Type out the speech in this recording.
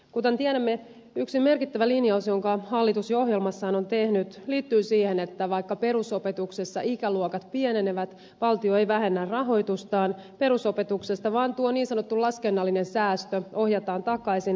kuten tiedämme yksi merkittävä linjaus jonka hallitus jo ohjelmassaan on tehnyt liittyy siihen että vaikka perusopetuksessa ikäluokat pienenevät valtio ei vähennä rahoitustaan perusopetuksesta vaan tuo niin sanottu laskennallinen säästö ohjataan takaisin laadun kehittämiseen